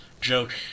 joke